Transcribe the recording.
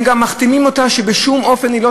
הם גם מחתימים אותה שבשום אופן היא לא